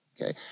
okay